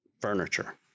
furniture